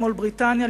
אתמול בריטניה,